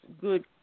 good